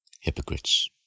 hypocrites